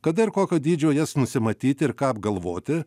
kada ir kokio dydžio jas nusimatyti ir ką apgalvoti